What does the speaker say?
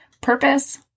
purpose